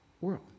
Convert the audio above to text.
world